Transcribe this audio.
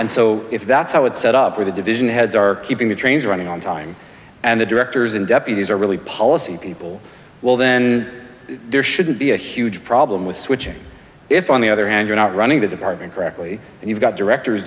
and so if that's how it's set up or the division heads are keeping the trains running on time and the directors and deputies are really policy people well then there shouldn't be a huge problem with switching if on the other hand you're not running the department correctly and you've got directors